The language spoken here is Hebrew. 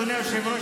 אדוני היושב-ראש,